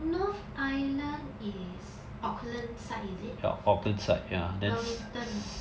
north island is auckland side is it wellington